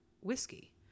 whiskey